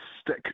stick